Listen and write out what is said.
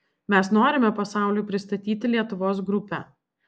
mes norime pasauliui pristatyti lietuvos grupę